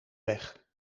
weg